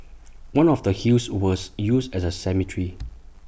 one of the hills was used as A cemetery